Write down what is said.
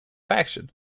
faction